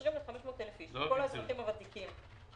מתקשרים ל-500,000 איש, כל האזרחים הוותיקים.